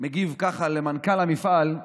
היה מגיב ככה למנכ"ל המפעל,